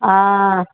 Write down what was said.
ಆಂ